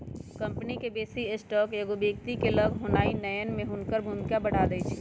company के बेशी stock एगो व्यक्ति के लग होनाइ नयन में हुनकर भूमिका बढ़ा देइ छै